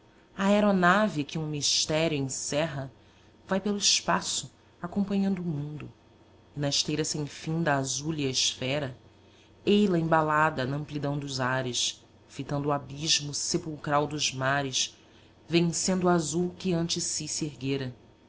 aeronave que um mistério encerra vai pelo espaço acompanhando o mundo e na esteira sem fim da azúlea esfera ei-la embalada namplidão dos ares fitando o abismo sepulcral dos mares vencendo o azul que ante si serguera